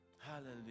hallelujah